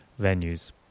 venues